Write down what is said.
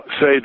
say